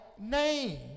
name